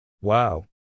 Wow